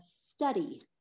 study